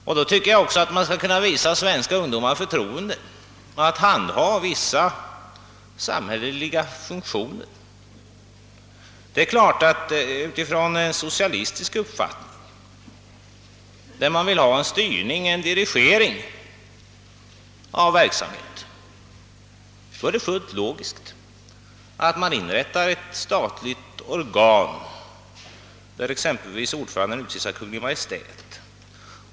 Och då tycker jag att man även skall kunna låta svenska ungdomar få förtroendet att sköta vissa samhälleliga funktioner. Det är klart att den som har en socialistisk uppfattning och önskar en styrning, en dirigering av verksamheten, finner det fullt logiskt att ett statligt organ inrättas där vice ordföranden utses av Kungl. Maj:t.